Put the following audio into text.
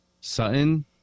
Sutton